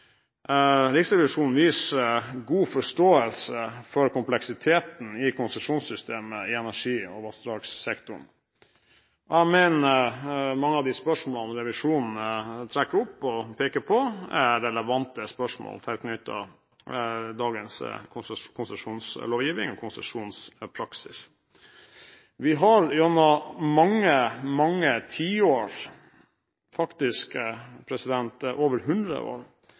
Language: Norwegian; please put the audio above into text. Riksrevisjonen viser god forståelse for kompleksiteten i konsesjonssystemet i energi- og vassdragssektoren. Jeg mener mange av de spørsmålene revisjonen trekker opp og peker på, er relevante spørsmål tilknyttet dagens konsesjonslovgivning og konsesjonspraksis. Vi har gjennom mange tiår – faktisk over 100 år